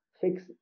fix